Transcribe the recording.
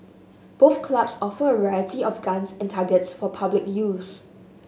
both clubs offer a variety of guns and targets for public use